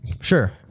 Sure